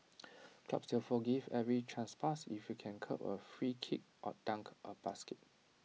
clubs will forgive every trespass if you can curl A free kick or dunk A basket